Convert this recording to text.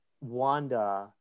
Wanda